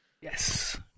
Yes